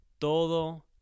Todo